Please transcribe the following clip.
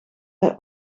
hij